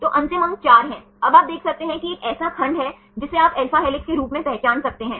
तो अंतिम अंक 4 है अब आप देख सकते हैं कि यह एक ऐसा खंड है जिसे आप alpha हेलिक्स के रूप में पहचान सकते हैं